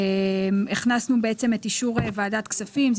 הכנסנו את אישור ועדת הכספים.